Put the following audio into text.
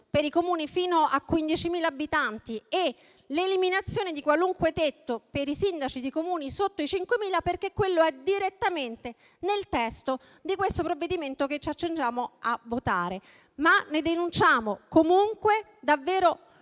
per i Comuni fino a 15.000 abitanti e l'eliminazione di qualunque tetto per i sindaci di Comuni sotto i 5.000, perché quello è direttamente nel testo di questo provvedimento che ci accingiamo a votare. Ma noi denunciamo comunque